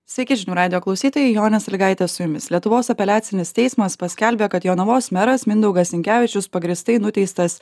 sveiki žinių radijo klausytojai jonė sąlygaitė su jumis lietuvos apeliacinis teismas paskelbė kad jonavos meras mindaugas sinkevičius pagrįstai nuteistas